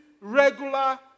regular